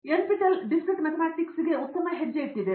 NPTEL discrete ಮ್ಯಾಥಮ್ಯಾಟಿಕ್ಸ್ಗೆ ಉತ್ತಮ ಹೆಜ್ಜೆ ಇಟ್ಟಿದೆ